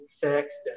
fixed